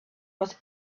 was